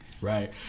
Right